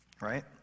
Right